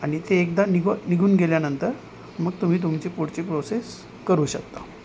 आणि ते एकदा निगो निघून गेल्यानंतर मग तुम्ही तुमची पुढची प्रोसेस करू शकता